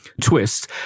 twist